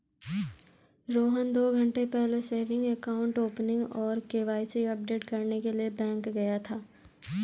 रोहन दो घन्टे पहले सेविंग अकाउंट ओपनिंग और के.वाई.सी अपडेट करने के लिए बैंक गया था